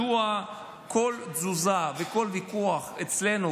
מדוע כל תזוזה וכל ויכוח אצלנו,